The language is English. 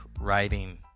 writing